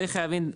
צריך להבין,